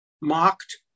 mocked